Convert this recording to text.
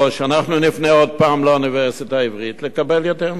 אנחנו נפנה עוד פעם לאוניברסיטה העברית לקבל יותר נתונים.